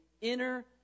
inner